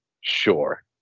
sure